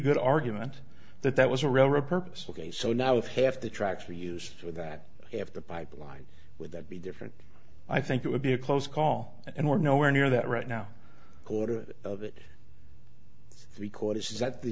good argument that that was a real repurpose ok so now if half the tracks are used for that half the pipeline would that be different i think it would be a close call and we're nowhere near that right now quarter of it because it is that the